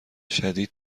شدید